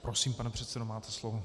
Prosím, pane předsedo, máte slovo.